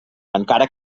encara